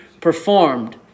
performed